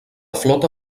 flota